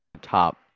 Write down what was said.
Top